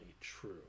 true